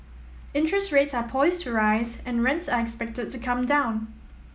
interest rates are poised to rise and rents are expected to come down